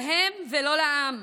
להם ולא לעם: